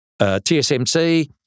TSMC